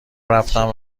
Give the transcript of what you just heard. رفتم